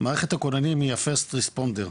מערכת הכוננים היא המגיבה הראשונה,